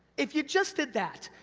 if you just did that,